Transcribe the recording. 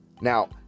now